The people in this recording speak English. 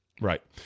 Right